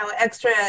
extra